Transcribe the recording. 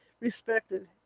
respected